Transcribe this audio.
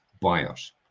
buyers